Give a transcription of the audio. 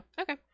okay